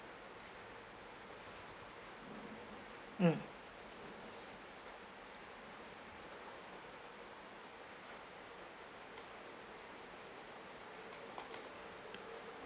mm